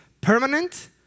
permanent